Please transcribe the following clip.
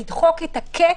לדחוק את הקץ,